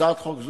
הצעת חוק זו,